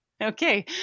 Okay